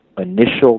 initial